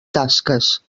tasques